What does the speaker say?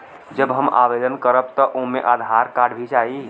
जब हम आवेदन करब त ओमे आधार कार्ड भी चाही?